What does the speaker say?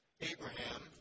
Abraham